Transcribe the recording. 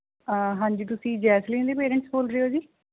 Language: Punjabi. ਹਾਂਜੀ ਤੁਸੀਂ ਜੈਸਲੀਨ ਦੇ ਪੇਰੇਂਟਸ ਬੋਲ ਰਹੇ ਹੋ ਜੀ